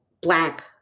black